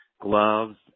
gloves